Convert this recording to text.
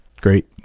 Great